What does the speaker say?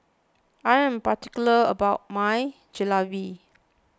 I am particular about my Jalebi